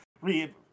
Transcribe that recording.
re